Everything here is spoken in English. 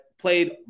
played